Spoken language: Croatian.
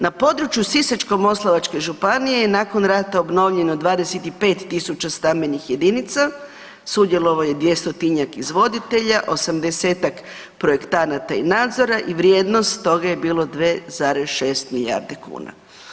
Na području Sisačko-moslavačke županije je nakon rata obnovljeno 25.000 stambenih jedinica, sudjelovalo je 200-tinjak izvoditelja, 80-tak projektanata i nadzora i vrijednost toga je bilo 2,6 milijardi kuna.